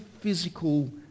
physical